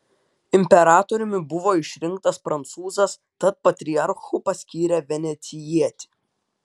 imperatoriumi buvo išrinktas prancūzas tad patriarchu paskyrė venecijietį